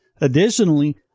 Additionally